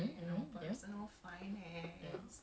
thank you for getting me into this man